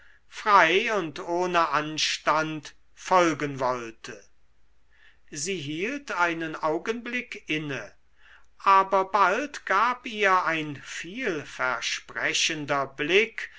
frei und ohne anstand folgen wollte sie hielt einen augenblick inne aber bald gab ihr ein vielversprechender blick